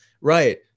right